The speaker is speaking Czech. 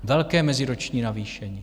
Velké meziroční navýšení.